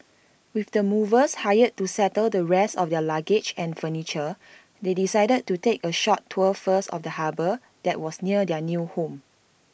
with the movers hired to settle the rest of their luggage and furniture they decided to take A short tour first of the harbour that was near their new home